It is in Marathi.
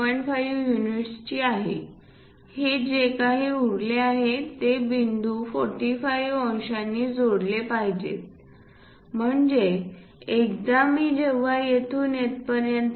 5 युनिट ची आहे हे जे काही उरले आहे ते बिंदू 45 अंशांनी जोडले पाहिजेत म्हणजे एकदा मी जेव्हा येथून येथपर्यंत 2